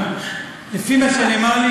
ולפי מה שנאמר לי,